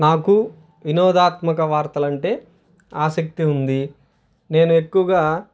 నాకు వినోదాత్మక వార్తలంటే ఆసక్తి ఉంది నేను ఎక్కువగా